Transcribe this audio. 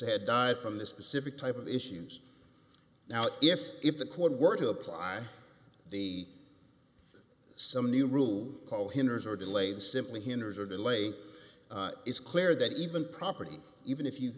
had died from the specific type of issues now if if the court were to apply the some new rule call hinders or delayed simply hinders or delay is clear that even property even if you